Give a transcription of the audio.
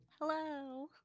Hello